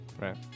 Right